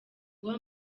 guha